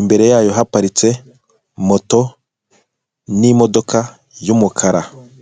imbere yayo haparitse moto, n'imodoka y'umukara.